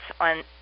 on